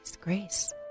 Grace